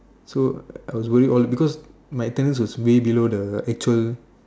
so I was worried all cause my attendance was way below the actual